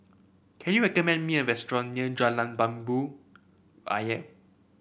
can you recommend me a restaurant near Jalan Jambu Ayer